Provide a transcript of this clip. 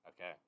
Okay